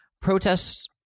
protests